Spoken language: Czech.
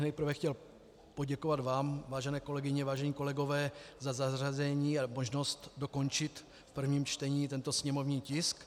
Nejprve bych chtěl poděkovat vám, vážené kolegyně, vážení kolegové, za zařazení a možnost dokončit v prvním čtení tento sněmovní tisk.